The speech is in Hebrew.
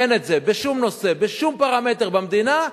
אין דבר כזה בשום נושא, בשום פרמטר במדינה,